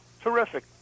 Terrific